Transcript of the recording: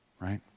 right